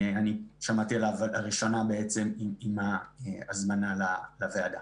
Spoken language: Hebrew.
לראשונה שמעתי עליו עם קבלת ההזמנה לוועדה.